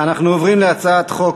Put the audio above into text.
אנחנו עוברים להצעת חוק